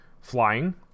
flying